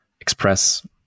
express